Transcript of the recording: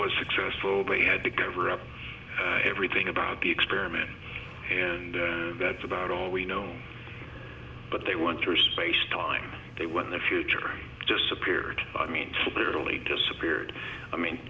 was successful they had to cover up everything about the experiment and that's about all we know but they want to or space time they were in the future just appeared i mean literally disappeared i mean